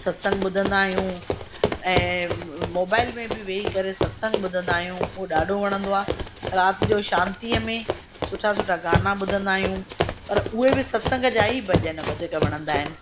सत्संग ॿुधंदा आहियूं ऐं मोबाइल में बि वेही करे सत्संग ॿुधंदा आहियूं उहो ॾाढो वणंदो आहे राति जो शांतिअ में सुठा सुठा गाना ॿुधंदा आहियूं पर उहे बि सत्संग जा ई भॼन वधीक वणंदा आहिनि